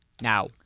now